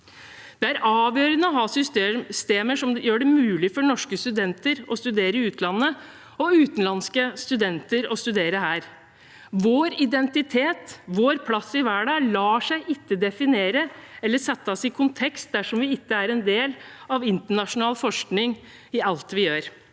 Det er avgjørende å ha systemer som gjør det mulig for norske studenter å studere i utlandet, og for utenlandske studenter å studere her. Vår identitet, vår plass i verden, lar seg ikke definere eller settes i kontekst dersom vi ikke er en del av internasjonal forskning i alt vi gjør.